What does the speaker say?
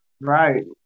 Right